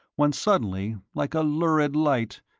when suddenly, like a lurid light,